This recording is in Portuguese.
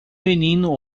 menino